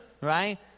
Right